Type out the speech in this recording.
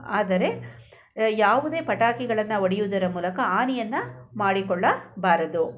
ಆದರೆ ಯಾವುದೇ ಪಟಾಕಿಗಳನ್ನು ಹೊಡಿಯುವುದರ ಮೂಲಕ ಹಾನಿಯನ್ನ ಮಾಡಿಕೊಳ್ಳಬಾರದು